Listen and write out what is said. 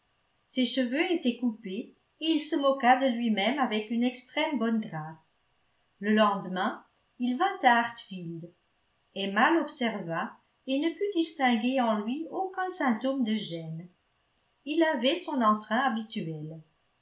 ses cheveux étaient coupés et il se moqua de lui-même avec une extrême bonne grâce le lendemain il vint à hartfield emma l'observa et ne put distinguer en lui aucun symptôme de gêne il avait son entrain habituel